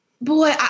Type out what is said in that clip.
boy